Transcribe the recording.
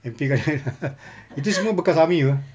M_P kak inah itu semua bekas army apa